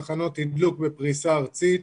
חלוקה,